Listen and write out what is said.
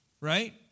Right